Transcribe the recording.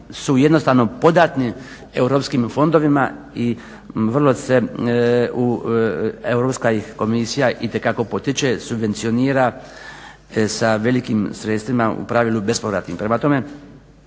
su jednostavno podatni europskim fondovima i vrlo se, Europska ih komisija itekako potiče, subvencionira sa velikim sredstvima u pravilu bespovratnim. Prema tome,